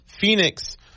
Phoenix